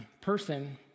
person